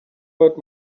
hurt